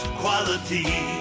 quality